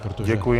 Děkuji.